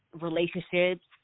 relationships